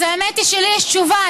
אז האמת היא שלי יש תשובה.